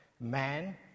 man